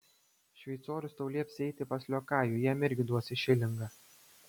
šveicorius tau lieps eiti pas liokajų jam irgi duosi šilingą